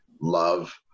love